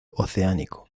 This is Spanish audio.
oceánico